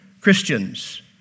Christians